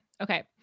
Okay